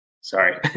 Sorry